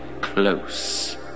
close